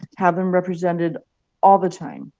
have them represented all the time,